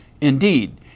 Indeed